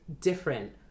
different